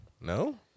No